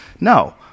No